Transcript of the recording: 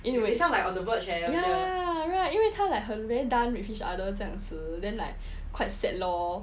ya right 因为他 like 很 very done with each other 这样子 then like quite sad lor